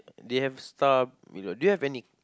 they have stuff do you have any